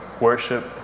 worship